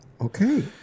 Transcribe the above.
Okay